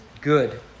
good